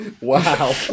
Wow